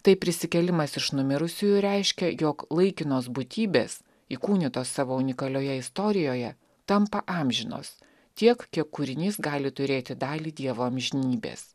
tai prisikėlimas iš numirusiųjų reiškia jog laikinos būtybės įkūnytos savo unikalioje istorijoje tampa amžinos tiek kiek kūrinys gali turėti dalį dievo amžinybės